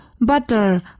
Butter